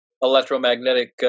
electromagnetic